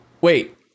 Wait